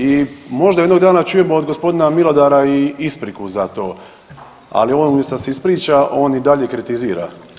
I možda jednog dana čujemo od gospodina Milodara i ispriku za to, ali on umjesto da se ispriča, on i dalje kritizira.